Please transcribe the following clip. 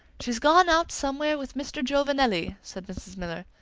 she's gone out somewhere with mr. giovanelli, said mrs. miller.